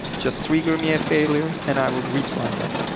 just trigger me a failure and i will retry that.